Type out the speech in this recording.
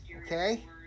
Okay